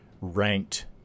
ranked